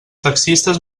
taxistes